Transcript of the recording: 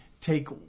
take